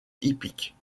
hippique